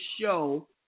show